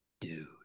Dude